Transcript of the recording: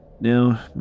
Now